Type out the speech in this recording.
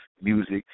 music